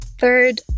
Third